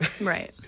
right